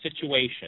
situation